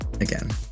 again